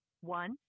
one